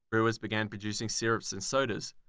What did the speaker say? brewers began producing syrups and sodas.